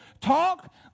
talk